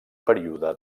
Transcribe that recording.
període